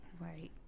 Right